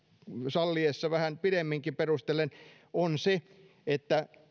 salliessa vähän pidemminkin perustelen on se että